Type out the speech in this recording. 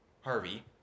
Harvey